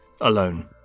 alone